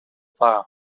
dda